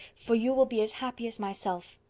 for you will be as happy as myself.